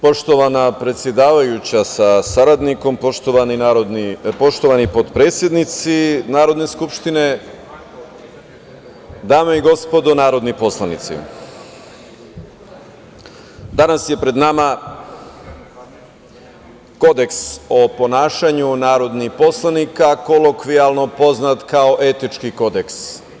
Poštovana predsedavajuća sa saradnikom, poštovani potpredsednici Narodne skupštine, dame i gospodo narodni poslanici, danas je pred nama Kodeks o ponašanju narodnih poslanika, kolokvijalno poznat kao „etički kodeks“